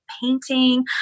painting